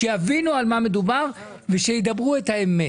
שיבינו על מה מדובר ושידברו את האמת.